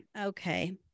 Okay